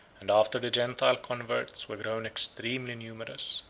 and after the gentile converts were grown extremely numerous.